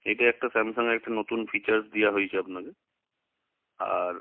এটা একটা স্যামসাংয়ের একটা নতুন ফিচার্স দেওয়া হয়ছে আপনাকে আর